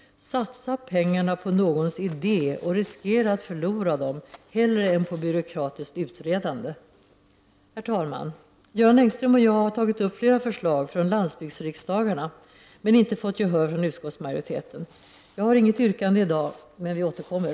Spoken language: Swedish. Satsa pengarna på någons idé och riskera att förlora dem på idén hellre än på byråkratiskt utredande! Herr talman! Göran Engström och jag har tagit upp flera förslag från landsbygdsriksdagarna men vi har inte fått gehör från utskottsmajoriteten. Jag har inget yrkande i dag, men vi återkommer.